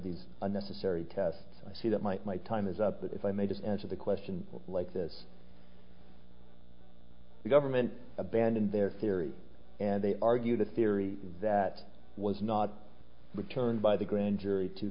these unnecessary tests and i see that my my time is up but if i may just answer the question like this the government abandoned their theory and they argued a theory that was not returned by the grand jury to